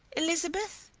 elizabeth!